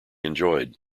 enjoyed